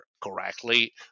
correctly